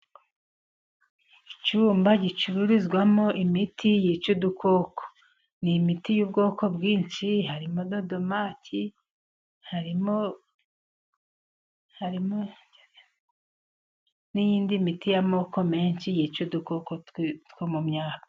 Icyumba gicururizwamo imiti yica udukoko, ni imiti y'ubwoko bwinshi harimo: dodomaci, harimo harimo n'iyindi miti y'amoko menshi yica udukoko two mu myaka.